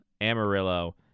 Amarillo